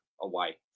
away